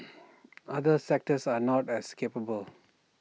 other sectors are not as capable